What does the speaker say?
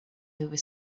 over